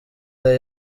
the